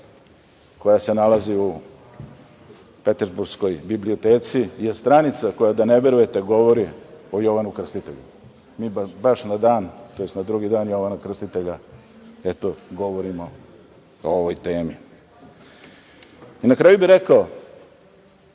koja se nalazi u Peterburškoj biblioteci, je stranica koja da ne verujete, govori o Jovanu Krstitelju. Mi baš na dan, tj. na drugi dan Jovana Krstitelja govorimo o ovoj temi. Na kraju bi rekao